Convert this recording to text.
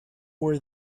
were